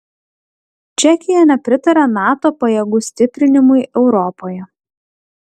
čekija nepritaria nato pajėgų stiprinimui europoje